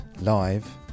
live